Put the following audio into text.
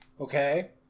Okay